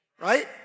right